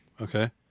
Okay